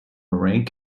rank